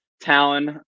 Talon